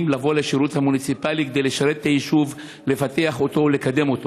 מלבוא לשירות המוניציפלי כדי לשרת את היישוב,